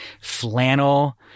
flannel